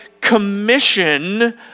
commission